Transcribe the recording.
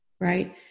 right